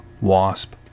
WASP